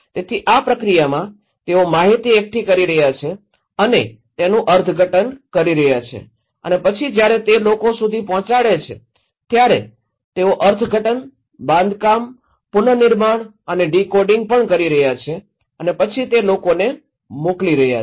તેથી આ પ્રક્રિયામાં તેઓ માહિતી એકઠી કરી રહ્યાં છે અને તેનું અર્થઘટન કરી રહ્યાં છે અને પછી જ્યારે તે લોકો સુધી પહોંચાડે છે ત્યારે તેઓ અર્થઘટન બાંધકામ પુનર્નિર્માણ અને ડીકોડિંગ પણ કરી રહ્યા છે અને પછી તે લોકોને મોકલી રહ્યા છે